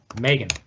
Megan